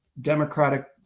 democratic